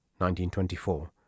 1924